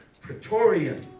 praetorian